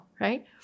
right